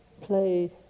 play